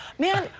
man,